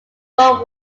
before